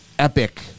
Epic